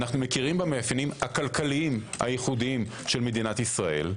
אנו מכירים במאפיינים הכלכליים הייחודיים של מדינת ישראל,